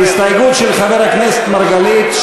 ההסתייגות של חבר הכנסת מרגלית,